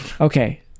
Okay